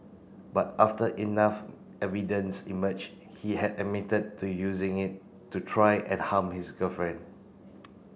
but after enough evidence emerged he had admitted to using it to try and harm his girlfriend